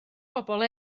bobl